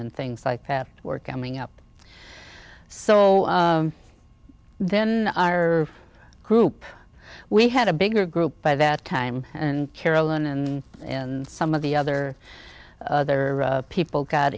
and things like path were coming up so then our group we had a bigger group by that time and carolyn and some of the other other people got